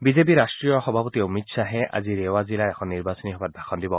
বিজেপিৰ ৰাষ্ট্ৰীয় সভাপতি অমিত খাহে আজি ৰেওৱা জিলাত এখন নিৰ্বাচনী সভাত ভাষণ দিব